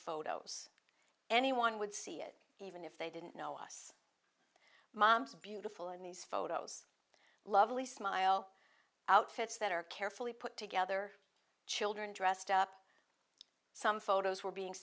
photos anyone would see it even if they didn't know us mom's beautiful and these photos lovely smile outfits that are carefully put together children dressed up some photos were being